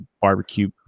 barbecue